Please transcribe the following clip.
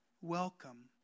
welcome